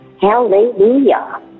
hallelujah